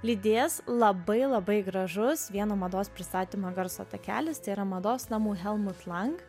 lydės labai labai gražus vieno mados pristatymo garso takelis tai mados namų helmut lang